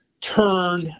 turn